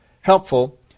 helpful